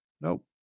Nope